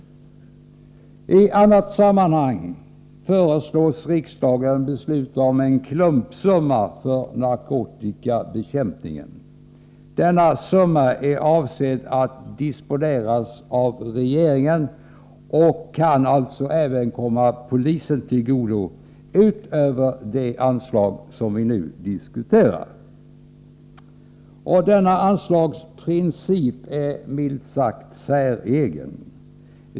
I annat sammanhang föreslås riksdagen besluta om en klumpsumma för narkotikabekämpningen. Den summan är avsedd att disponeras av regeringen och kan alltså även komma polisen till godo utöver det anslag som vi nu diskuterar. Denna anslagsprincip är milt sagt säregen.